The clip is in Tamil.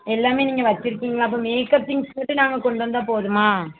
எல்லாம் நீங்கள் வச்சுருக்கீங்களா அப்போ மேக்கப் திங்ஸ் மட்டும் நாங்கள் கொண்டு வந்தால் போதுமா